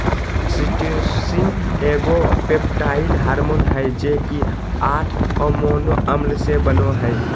oxytocin एगो peptide hormone हइ जे कि आठ अमोनो अम्ल से बनो हइ